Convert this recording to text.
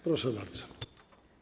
Proszę bardzo.